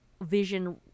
vision